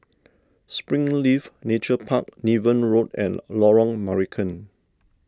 Springleaf Nature Park Niven Road and Lorong Marican